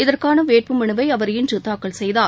இதற்கான வேட்பு மனுவை அவர் இன்று தாக்கல் செய்தார்